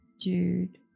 Jude